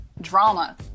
drama